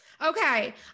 Okay